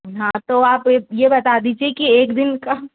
हाँ तो आप ये बता दीजिए कि एक दिन का